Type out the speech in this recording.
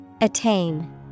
Attain